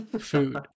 Food